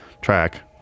track